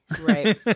right